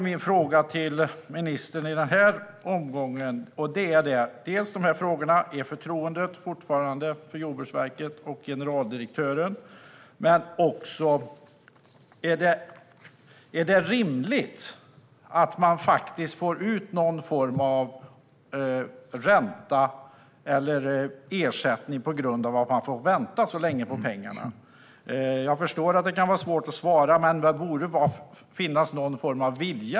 Mina frågor till ministern i den här omgången är dels den tidigare om förtroendet för Jordbruksverket och generaldirektören men också denna: Är det rimligt att man får ut någon form av ränta eller ersättning på grund av att man fått vänta så länge på pengarna? Jag förstår att det kan vara svårt att svara, men det borde finnas någon form av vilja.